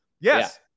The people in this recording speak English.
yes